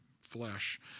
flesh